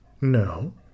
No